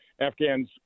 Afghans